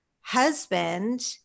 husband